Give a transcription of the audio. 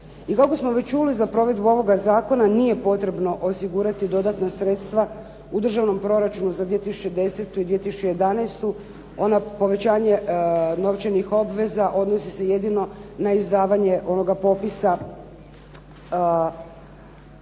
I kako smo već čuli za provedbu ovog zakona nije potrebno osigurati dodatna sredstva u državnom proračunu za 2010. i 2011. Ono povećanje novčanih obveza odnosi se jedino na izvanje ovoga